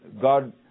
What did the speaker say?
God